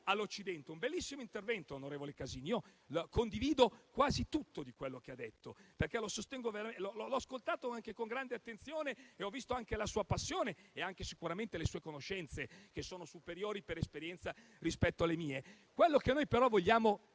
all'Occidente. È stato un bellissimo intervento, onorevole Casini; condivido quasi tutto quello che ha detto, che ho ascoltato anche con grande attenzione; ho visto la sua passione e anche le sue conoscenze che sono superiori, per esperienza, rispetto alle mie. Noi, però, vogliamo dire